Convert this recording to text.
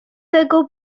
tego